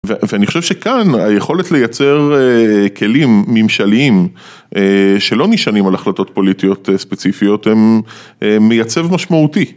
ואני חושב שכאן היכולת לייצר כלים ממשליים שלא נשענים על החלטות פוליטיות ספציפיות, הם מייצב משמעותי.